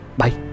bye